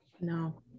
No